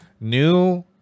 new